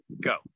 go